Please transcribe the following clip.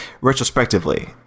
Retrospectively